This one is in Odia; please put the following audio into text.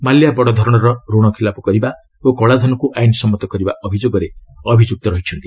ମାଲ୍ୟା ବଡ଼ ଧରଣର ଋଣ ଖିଲାପ କରିବା ଓ କଳାଧନକୁ ଆଇନ୍ ସମ୍ମତ କରିବା ଅଭିଯୋଗରେ ଅଭିଯୁକ୍ତ ରହିଛନ୍ତି